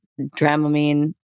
Dramamine